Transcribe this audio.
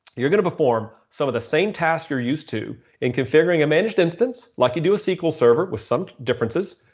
you're going to perform some of the same tasks you're used to in configuring a managed instance like you do in sql server with some differences.